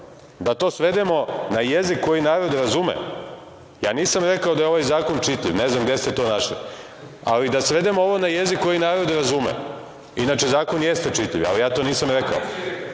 da to svedemo na jezik koji narod razume, ja nisam rekao da je ovaj zakon čitljiv, ne znam gde ste to našli, ali da svedemo ovo na jezik koji narod razume. Inače, zakon jeste čitljiv, ali ja to nisam